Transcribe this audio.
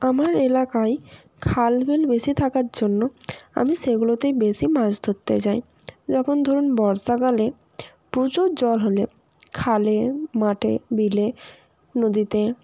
আমার এলাকায় খাল বিল বেশি থাকার জন্য আমি সেগুলোতেই বেশি মাছ ধরতে যাই যখন ধরুন বর্ষাকালে প্রচুর জল হলে খালে মাঠে বিলে নদীতে